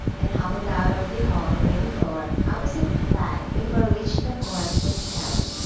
and hobbled out of the hall by the door opposite to that before which the court was held.